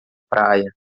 praia